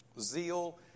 Zeal